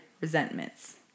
resentments